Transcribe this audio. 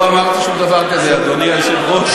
לא אמרתי שום דבר כזה, אדוני היושב-ראש.